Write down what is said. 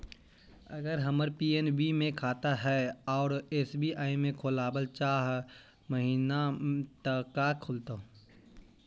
अगर हमर पी.एन.बी मे खाता है और एस.बी.आई में खोलाबल चाह महिना त का खुलतै?